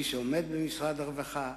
של מי שעומד בראש משרד הרווחה,